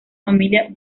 familia